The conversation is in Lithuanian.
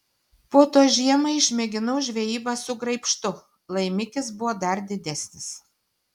po to žiemą išmėginau žvejybą su graibštu laimikis buvo dar didesnis